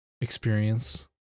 experience